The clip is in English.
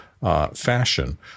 fashion